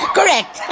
Correct